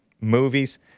movies